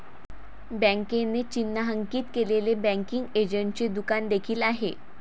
बँकेने चिन्हांकित केलेले बँकिंग एजंटचे दुकान देखील आहे